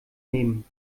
nehmen